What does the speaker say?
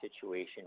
situation